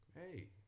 hey